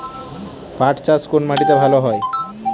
পাট চাষ কোন মাটিতে ভালো হয়?